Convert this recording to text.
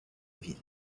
ville